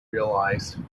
realized